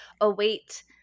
await